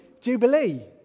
Jubilee